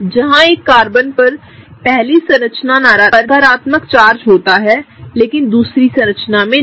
जहां एक कार्बन पर पहली संरचना नकारात्मक चार्ज होता है लेकिन दूसरी संरचना में नहीं